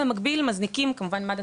ובמקביל מזניקים מגן דוד אדום,